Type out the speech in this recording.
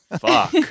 Fuck